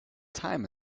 time